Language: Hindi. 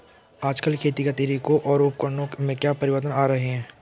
आजकल खेती के तरीकों और उपकरणों में क्या परिवर्तन आ रहें हैं?